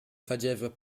fageva